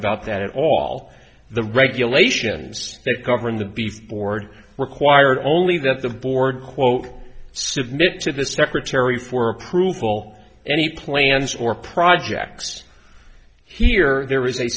about that all the regulations that govern the before it required only that the board quote submit to the secretary for approval any plans or projects here there is a